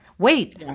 Wait